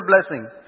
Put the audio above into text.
blessing